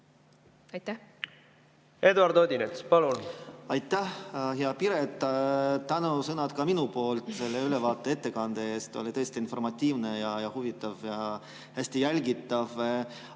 palun! Eduard Odinets, palun! Aitäh, hea Piret! Tänusõnad ka minu poolt selle ülevaate ja ettekande eest! Oli tõesti informatiivne, huvitav ja hästi jälgitav.